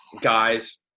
guys